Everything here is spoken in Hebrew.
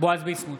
בועז ביסמוט,